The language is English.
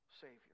Savior